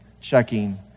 checking